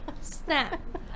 snap